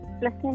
plus